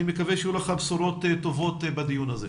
אני מקווה שיהיו לך בשורות טובות בדיון הזה.